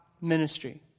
ministry